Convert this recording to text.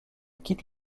quitte